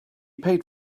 paid